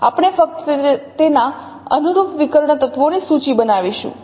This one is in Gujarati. આપણે ફક્ત તેના અનુરૂપ વિકર્ણ તત્વોની સૂચિ બનાવીશું